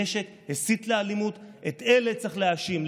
נשק, הסית לאלימות, את אלה צריך להאשים.